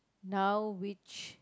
now which